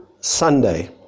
Sunday